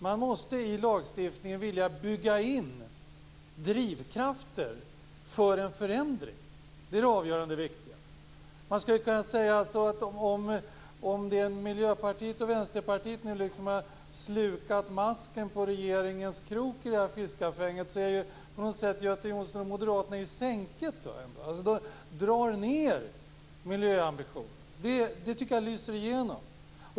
Man måste vilja bygga in drivkrafter för en förändring i lagstiftningen. Det är det viktiga. Man skulle kunna säga så, att om Miljöpartiet och Vänsterpartiet nu har slukat masken på regeringens krok i det här fiskafänget så är Göte Jonsson och Moderaterna på något sätt sänket. De drar ned miljöambitionerna. Jag tycker att det lyser igenom.